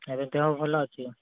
ଏବେ ଦେହ ଭଲ ଅଛି